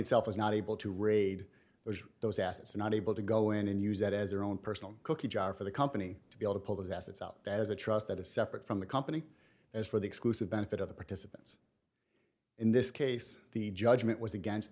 itself is not able to raid their those assets are not able to go in and use that as their own personal cookie jar for the company to be able to pull those assets out that is a trust that is separate from the company as for the exclusive benefit of the participants in this case the judgment was against